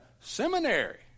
seminary